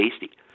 tasty